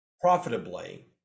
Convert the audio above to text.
profitably